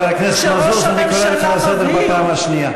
חבר הכנסת מזוז, אני קורא אותך לסדר בפעם השנייה.